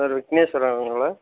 sir விக்னேஸ்வரனுங்களா